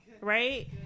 right